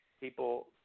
people